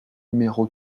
numéro